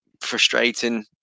Frustrating